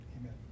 Amen